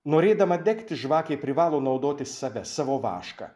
norėdama degti žvakė privalo naudoti save savo vašką